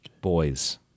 boys